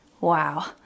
Wow